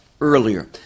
earlier